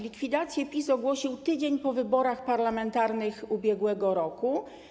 Likwidację PiS ogłosił tydzień po wyborach parlamentarnych ubiegłego roku.